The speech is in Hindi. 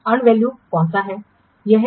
अर्नड वैल्यू कौन सा है